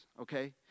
okay